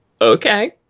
okay